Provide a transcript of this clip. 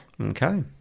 okay